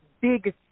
big